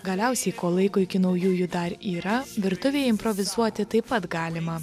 galiausiai kol laiko iki naujųjų dar yra virtuvėje improvizuoti taip pat galima